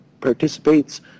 participates